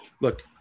look